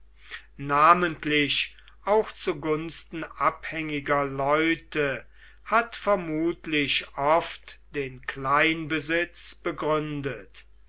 namentlich auch zu gunsten abhängiger leute hat vermutlich oft den kleinbesitz begründet